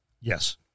Yes